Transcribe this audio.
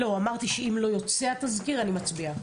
לא, אמרתי שאם לא יוצא היום התזכיר אני מצביעה.